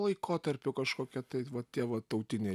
laikotarpiu kažkokie tai va tie va tautiniai